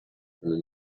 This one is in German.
könne